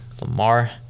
Lamar